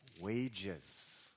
wages